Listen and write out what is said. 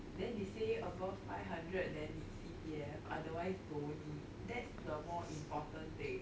then they say above five hundred then need C_P_F otherwise don't need that's the more important thing